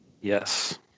Yes